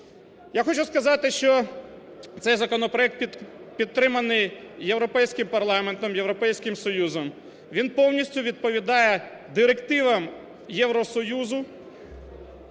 Я хочу сказати, що цей законопроект підтриманий Європейським парламентом, Європейським Союзом, він повністю відповідає директивам Євросоюзу,